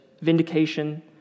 vindication